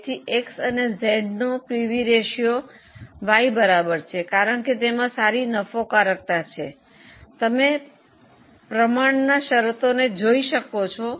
તેથી X અને Z નો પીવી રેશિયો Y બરાબર છે કારણ કે તેમાં સારી નફાકારકતા છે તમે પ્રમાણના શરતોને જોઈ શકો છો